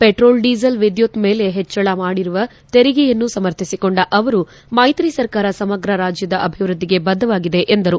petrol diesel ವಿದ್ಯುತ್ ಮೇಲೆ ಹೆಚ್ಚಳ ಮಾಡಿರುವ ತೆರಿಗೆಯನ್ನು ಸಮರ್ಥಿಸಿಕೊಂಡ ಅವರು ಮೈತ್ರಿ ಸರ್ಕಾರ ಸಮಗ್ರ ರಾಜ್ಯದ ಅಭಿವ್ಯದ್ಲಿಗೆ ಬದ್ದವಾಗಿದೆ ಎಂದರು